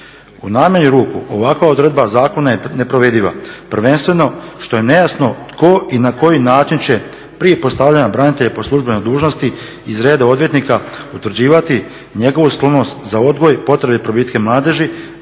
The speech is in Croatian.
U najmanju ruku ovakva odredba zakona je neprovediva, prvenstveno što je nejasno tko i na koji način će prije postavljanja branitelja po službenoj dužnosti iz reda odvjetnika utvrđivati njegovu sklonost za odgoj, potrebe i probitke mladeži